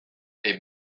est